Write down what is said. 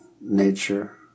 nature